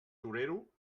torero